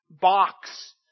box